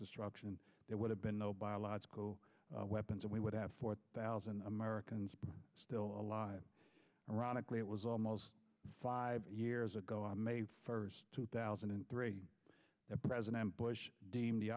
destruction there would have been no biological weapons and we would have four thousand americans still alive ironically it was almost five years ago on may first two thousand and three president bush deemed the